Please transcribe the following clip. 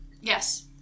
Yes